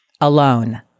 Alone